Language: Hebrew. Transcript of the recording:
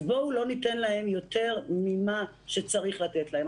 אז בואו לא ניתן להן יותר ממה שצריך לתת להן.